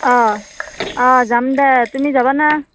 অঁ অঁ যাম দে তুমি যাবানে